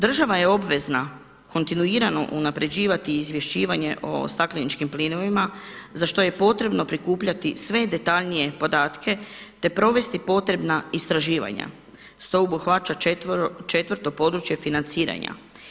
Država je obvezna kontinuirano unapređivati izvješćivanje o stakleničkim plinovima za što je potrebno prikupljati sve detaljnije podatke te provesti potrebna istraživanja što obuhvaća 4. područje financiranja.